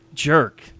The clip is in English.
jerk